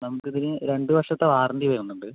നമുക്ക് ഇതിന് രണ്ട് വർഷത്തെ വാറണ്ടി വരുന്നുണ്ട്